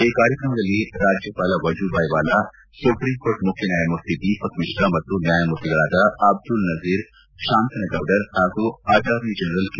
ಈ ಕಾರ್ಯಕ್ರಮದಲ್ಲಿ ರಾಜ್ಯಪಾಲ ವಜುಬಾಯಿವಾಲ ಸುಪ್ರೀಂಕೋರ್ಟ್ ಮುಖ್ಯ ನ್ಯಾಯಮೂರ್ತಿ ದೀಪಕ್ ಮಿಶ್ರಾ ಮತ್ತು ನ್ನಾಯಮೂರ್ತಿಗಳಾದ ಅಬ್ದುಲ್ ನಜೀರ್ ಶಾಂತನಗೌಡರ್ ಪಾಗೂ ಅಟಾರ್ನಿ ಜನರಲ್ ಕೆ